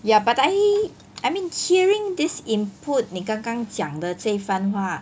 ya but I I mean hearing this input 你刚刚讲的这一番话